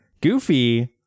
goofy